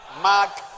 Mark